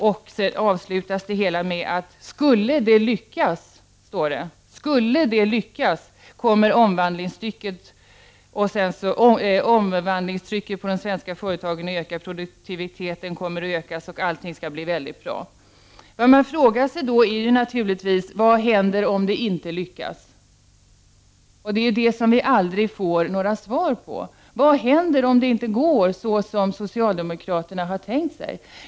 Raderna avslutas med att om det skulle lyckas kommer omvandlingstrycket på de svenska företagen att öka, produktiviteten kommer att öka och allt kommer att bli mycket bra. Man frågar sig då naturligtvis vad som händer om det inte lyckas. Den frågan får vi aldrig något svar på. Vad händer om det inte går så som socialdemokraterna har tänkt sig?